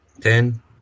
Ten